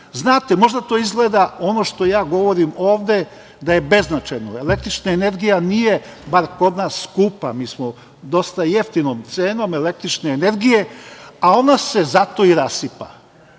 njima. Možda to izgleda, ono što ja govori ovde, da je beznačajno. Električna energija, bar kod nas nije skupa. Dosta smo sa jeftinom cenom električne energije, a ona se zato i